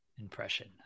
impression